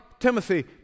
Timothy